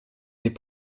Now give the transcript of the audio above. des